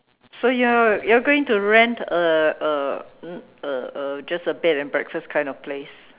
so you're you're going to rent a a um a a just a bed and breakfast kind of place